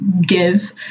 give